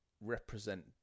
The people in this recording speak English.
represent